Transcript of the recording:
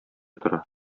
тора